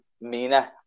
Mina